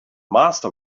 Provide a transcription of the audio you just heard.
master